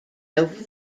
over